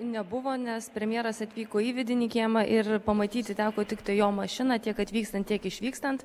nebuvo nes premjeras atvyko į vidinį kiemą ir pamatyti teko tiktai jo mašiną tiek atvykstant tiek išvykstant